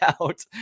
out